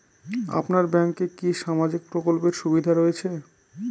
আপনার ব্যাংকে কি সামাজিক প্রকল্পের সুবিধা রয়েছে?